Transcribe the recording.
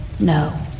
No